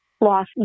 loss